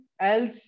else